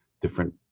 different